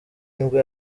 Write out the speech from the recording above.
nibwo